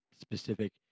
specific